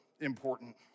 important